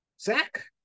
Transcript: Zach